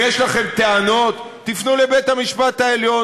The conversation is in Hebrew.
אם יש לכם טענות, תפנו לבית-המשפט העליון.